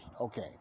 Okay